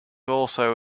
also